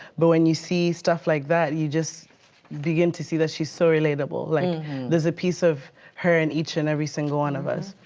but when you see stuff like that, you just, you begin to see that she's so relatable. like there's a piece of her in each and every single one of us.